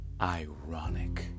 ironic